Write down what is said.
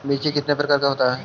मिर्ची कितने प्रकार का होता है?